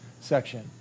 section